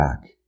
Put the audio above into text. back